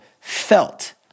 felt